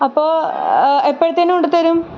അപ്പോൾ എപ്പോഴത്തേക്ക് കൊണ്ടുത്തരും